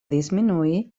disminuir